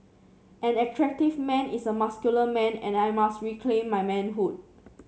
an attractive man is a masculine man and I must reclaim my manhood